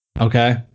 okay